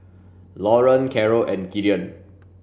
Loren Carol and Gideon